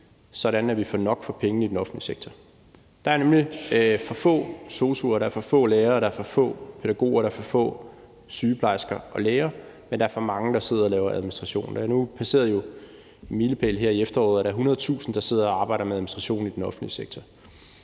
sådan, at vi får nok for pengene i den offentlige sektor. Der er nemlig for få sosu'er, der er for få lærere, og der er for få pædagoger, og der er for få sygeplejersker og læger, men der er for mange, der sidder og laver administration. Nu passerede vi jo en milepæl her i efteråret, nemlig at der er 100.000 mennesker, der sidder og arbejder med administration i den offentlige sektor.